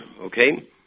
okay